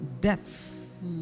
death